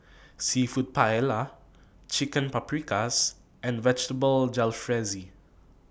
Seafood Paella Chicken Paprikas and Vegetable Jalfrezi